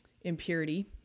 impurity